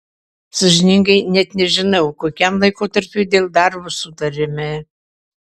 sąžiningai net nežinau kokiam laikotarpiui dėl darbo sutarėme